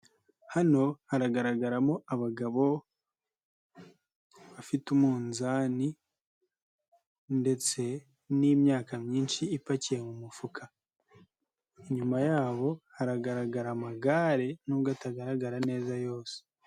Hano haragaragaramo abagabo bafite umunzani ndetse n'imyaka myinshi ipakiye mu mufuka, inyuma yabo haragaragara amagare nubwo atagaragara neza yose.